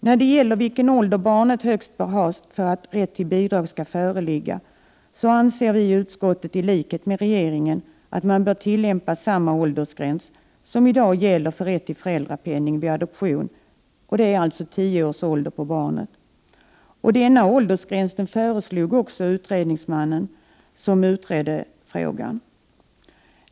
När det gäller vilken ålder barnet högst bör ha för att rätt till bidrag skall föreligga så anser utskottet i likhet med regeringen att man bör tillämpa samma åldersgräns som i dag gäller för rätt till föräldrapenning vid adoption, alltså 10 års ålder på barnet. Denna åldersgräns föreslogs också av den utredningsman som utredde frågan.